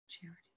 charity